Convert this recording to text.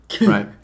Right